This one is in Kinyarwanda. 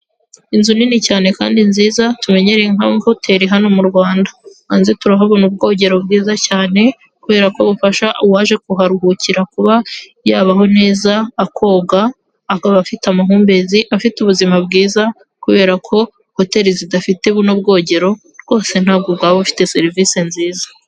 Inzu nini cyane kandi nziza tumenyereye nkama hoteri hano mu Rwanda, hanze turahabona ubwogero bwiza cyane kubera ko ubufasha uwaje kuharuhukira kuba yabaho neza akoga akaba afite amahumbezi afite ubuzima bwiza kubera ko hoteri zidafite buno bwogero rwose ntabwo bwaba bufite serivisi nziza.